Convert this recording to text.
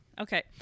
Okay